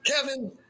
Kevin